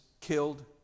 killed